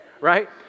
right